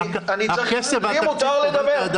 רק הכסף והתקציב --- לא,